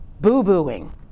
boo-booing